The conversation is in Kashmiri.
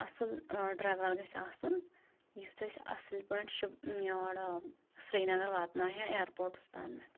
اَصٕل ڈرٛایوَر گَژھِ آسُن یُس اَسہِ اَصٕل پٲٹھۍ شُہ یور سرینَگَر واتٕنایہِ ہہ اِیرپوٹَس تامَتھ